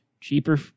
Cheaper